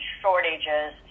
shortages